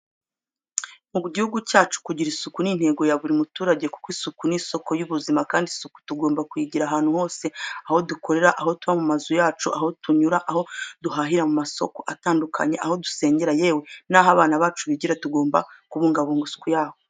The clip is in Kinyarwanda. Mu gihugu cyacu kugira isuku ni intego ya buri muturage kuko isuku ni isoko y'ubuzima, kandi isuku tugomba kuyigira ahantu hose aho dukorera, aho tuba mu mazu yacu, aho tunyura, aho duhahira mu masoko atandukanye, aho dusengera yewe naho abana bacu bigira tugomba kubungabunga isuku yaho.